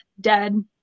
dead